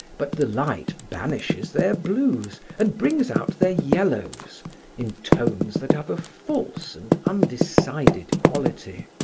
but the light banishes their blues and brings out their yellows in tones that have a false and undecided quality.